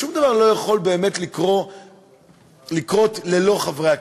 שום דבר לא יכול לקרות ללא חברי הכנסת.